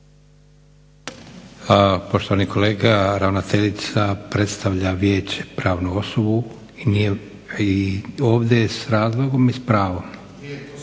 Poštovani kolega ravnateljica predstavlja vijeće pravnu osobu i ovdje je s razlogom i s pravom.